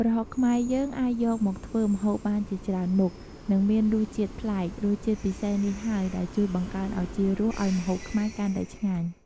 ប្រហុកខ្មែរយើងអាចយកមកធ្វើម្ហូបបានជាច្រើនមុខ និងមានរសជាតិប្លែក រសជាតិពិសេសនេះហើយដែលជួយបង្កើនឱជារសឱ្យម្ហូបខ្មែរកាន់តែឆ្ងាញ់។